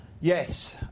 Yes